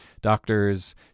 doctors